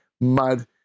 mud